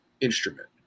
instrument